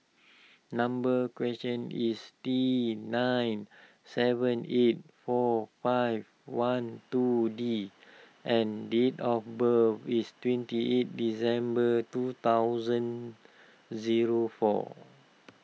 number question is T nine seven eight four five one two D and date of birth is twenty eight December two thousand zero four